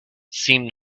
seemed